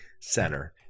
center